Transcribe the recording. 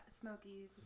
Smokies